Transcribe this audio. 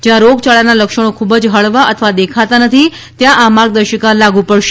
જ્યાં રોગયાળાના લક્ષણો ખૂબ જ હળવા અથવા દેખાતા નથી ત્યાં આ માર્ગદર્શિકા લાગુ પડશે